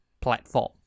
platform